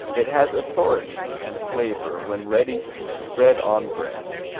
it has authority and flavor when ready to spread on bread,